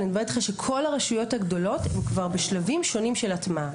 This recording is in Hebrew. כל הרשויות הגדולות כבר בשלבים שונים של הטמעה.